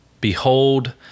Behold